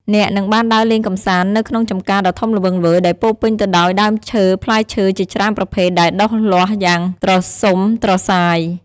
អ្នកនឹងបានដើរលេងកម្សាន្តនៅក្នុងចម្ការដ៏ធំល្វឹងល្វើយដែលពោរពេញទៅដោយដើមឈើផ្លែឈើជាច្រើនប្រភេទដែលដុះលាស់យ៉ាងត្រសុំត្រសាយ។